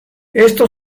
esto